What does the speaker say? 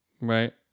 Right